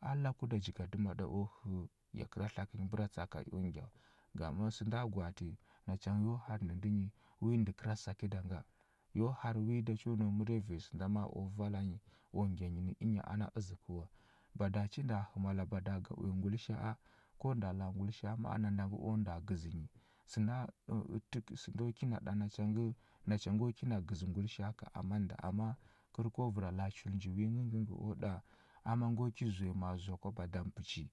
A laku da jigadəma ɗa o hə yakəra tlakə nyi bəra tsa aka eo ngya wa. Ngam sənda gwaati nacha ngə yo har ndə ndə nyi, wi ndə kəra sakəda nga, yo har wi da cho nau məriya vanyi sənda ma a u vala nyi o ngya nyi nə ənya ana əzəkəu wa. Bada chi nda hə mala bada ga uya ngulisha a, ko nda la a ngulisha a ma a nanda ngə o nda gəzə nyi. Səna tək sənda o kina ɗa nacha ngə nacha ngo kina gəzə ngulisha a ka aman nda, amma kər ko vəra la a chul nji wi ngəngə ngə o ɗa ama ngo ki zuya ma a zoa kwaba dam pəchi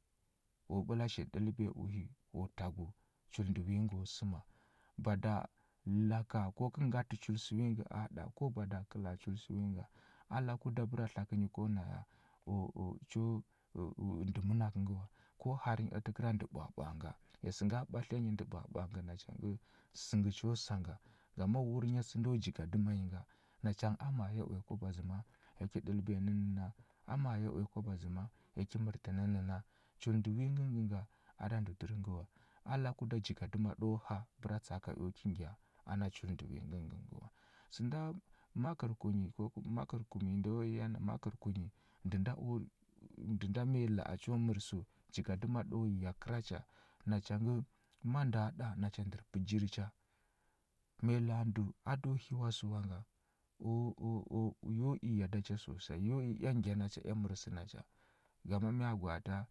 o ɓəla shi ɗəlbiya uhi o tagu chul ndə wi ngo səma. Bada laka ko kə ngatə chul sə wi nga a ɗa ko bada kə la a chul sə wi nga, a laku da ko na bəra tlakə nyi ko na ya, cho ndə mənakə ngə wa. Ko har nyi a təkəra ndə ɓwaɓwa a nga. Ya sə nga ɓatliya nyi ndə ɓwaɓwa a nga nacha ngə sə ngə cho sa nga. Ngama wurnya səndo jigadəma nyi nga. Nacha ngə ama ya uya kwaba zəma, ya ki ɗəlbiya nənə nə na? Ama ya uya kwaba zəma, ya ki mərtə nənə nə na? Chul ndə wi ngəngə ngə nga, a da ndə dur ngə wa. A laku da jigadəma ɗo ha bəra tsa aka eo ki ngya ana chul ndə wi ngəngə ngə wa. Sənda makərkunyi ko kum makərkumnyi nda yo i na makərkunyi, ndə nda o ndə nda ma yi la a cho mər səu jigadəma ɗo ya kəra cha, nacha ngə. ma ndəa ɗa nacha ndər pə jiri cha. Mayi la a dəu a do hiwa sə wa nga, yo i ya da cha sosai yo i ea ngya na cha ea mər sə na cha. Ngama mya gwaata?